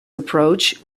approach